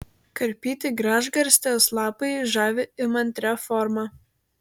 karpyti gražgarstės lapai žavi įmantria forma